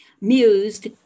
mused